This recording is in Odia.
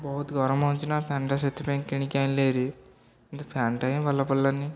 ବହୁତ ଗରମ ହେଉଛି ନା ଫ୍ୟାନ୍ଟା ସେଥିପାଇଁ କିଣିକି ଆଣିଲି ହେରି କିନ୍ତୁ ଫ୍ୟାନ୍ଟା ହିଁ ଭଲ ପଡ଼ିଲାନି